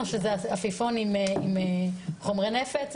או שזה עפיפון עם חומרי נפץ,